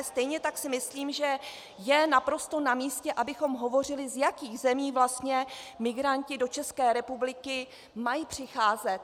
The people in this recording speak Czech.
Stejně tak si myslím, že je naprosto namístě, abychom hovořili, z jakých zemí vlastně migranti do České republiky mají přicházet.